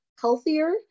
healthier